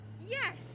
Yes